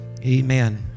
amen